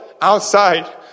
outside